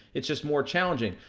it's just more challenging.